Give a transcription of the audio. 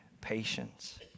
patience